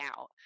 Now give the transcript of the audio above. out